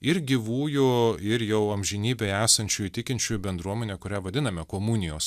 ir gyvųjų ir jau amžinybėj esančiųjų tikinčiųjų bendruomene kurią vadiname komunijos